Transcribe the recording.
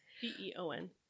P-E-O-N